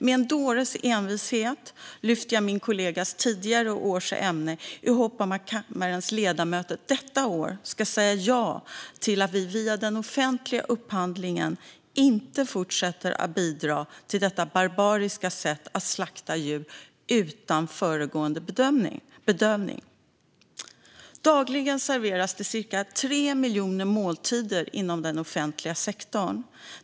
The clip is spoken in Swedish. Med en dåres envishet lyfter jag samma ämne som min kollega gjort tidigare år i hopp om att kammarens ledamöter detta år ska säga ja till att vi via den offentliga upphandlingen inte fortsätter att bidra till detta barbariska sätt att slakta djur utan föregående bedövning. Dagligen serveras det ca 3 miljoner måltider inom den offentliga sektorn.